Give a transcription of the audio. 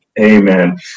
Amen